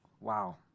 Wow